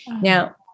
Now